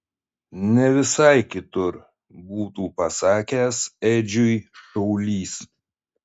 ne visai kitur būtų pasakęs edžiui šaulys